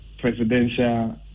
presidential